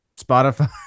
Spotify